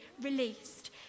released